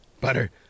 Butter